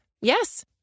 Yes